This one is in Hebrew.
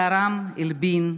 שיערם הלבין,